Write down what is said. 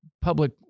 public